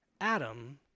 Adam